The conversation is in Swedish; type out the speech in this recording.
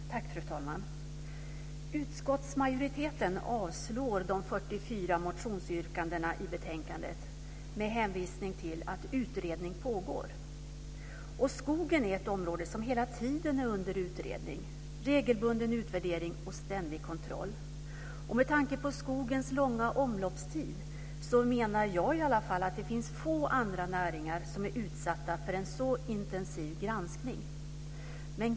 Fru talman! Utskottsmajoriteten avstyrker de 44 motionsyrkandena i betänkandet med hänvisning till att utredning pågår. Skogen är ett område som hela tiden är under utredning - regelbunden utvärdering och ständig kontroll. Med tanke på skogens långa omloppstid finns det få andra näringar som är utsatta för en så intensiv granskning.